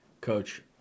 Coach